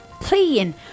playing